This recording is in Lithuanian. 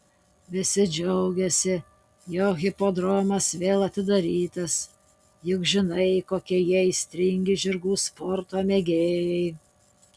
visi džiaugiasi jog hipodromas vėl atidarytas juk žinai kokie jie aistringi žirgų sporto mėgėjai